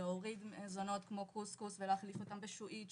להוריד מזונות כמו קוסקוס ולהחליף בשעועית,